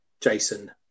Jason